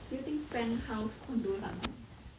do you think penthouse condos are nice